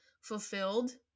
fulfilled